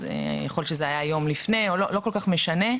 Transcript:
יכול להיות שזה היה יום לפני, לא כל כך משנה.